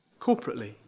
corporately